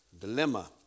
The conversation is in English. dilemma